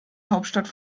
hauptstadt